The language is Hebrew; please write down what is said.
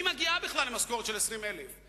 מי מגיעה בכלל למשכורת של 20,000 שקל?